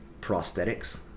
prosthetics